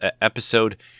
episode